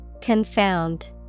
Confound